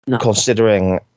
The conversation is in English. Considering